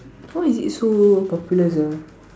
why is it so popular sia